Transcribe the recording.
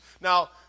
Now